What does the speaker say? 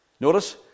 Notice